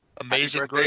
amazing